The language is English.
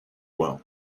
well